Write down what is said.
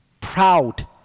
proud